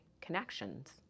connections